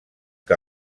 que